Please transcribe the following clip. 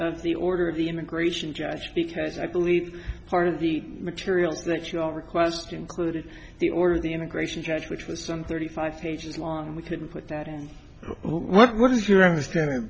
of the order of the immigration judge because i believe part of the materials that you all request included the order of the immigration judge which was some thirty five pages long we couldn't put that in what is your understanding